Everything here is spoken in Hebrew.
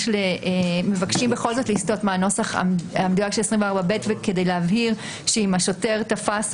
מבקשים בכל זאת לסטות מהנוסח של 24(ב) כדי להבהיר שאם השוטר תפס,